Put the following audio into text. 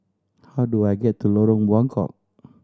how do I get to Lorong Buangkok